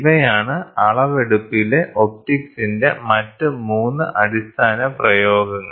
ഇവയാണ് അളവെടുപ്പിലെ ഒപ്റ്റിക്സിന്റെ മറ്റ് 3 അടിസ്ഥാന പ്രയോഗങ്ങൾ